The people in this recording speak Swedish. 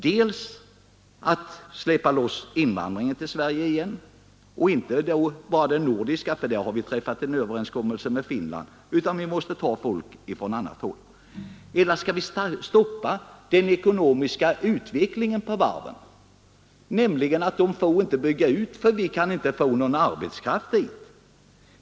Skall vi släppa loss invandringen till Sverige igen, och inte då bara den nordiska — för därom har vi träffat en överenskommelse med Finland — utan även från andra håll? Eller skall vi stoppa den ekonomiska utvecklingen på varven och säga att de inte får bygga ut därför att vi inte har någon arbetskraft?